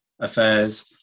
affairs